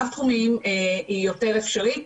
רב תחומיים היא יותר אפשרית.